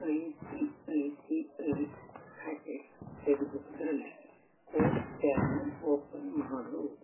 I C I C I pockets ತೆಗೆದು ಅದರಲ್ಲಿ code scanner open ಮಾಡು